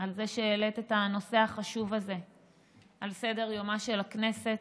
על זה שהעלית את הנושא החשוב הזה על סדר-יומה של הכנסת.